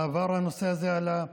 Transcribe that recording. בעבר הנושא הזה עלה,